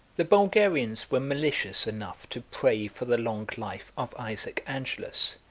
the bulgarians were malicious enough to pray for the long life of isaac angelus,